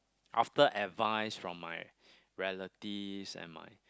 after advises from my relatives and my